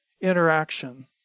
interaction